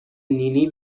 نینی